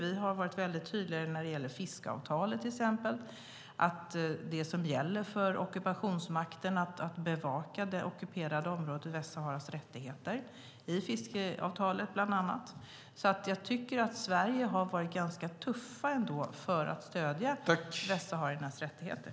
Vi har varit väldigt tydliga till exempel när det gäller fiskeavtal, att det gäller för ockupationsmakten att bevaka det ockuperade området Västsaharas rättigheter. Jag tycker att Sverige varit ganska tufft när det gällt att stödja västsahariernas rättigheter.